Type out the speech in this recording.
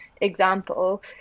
example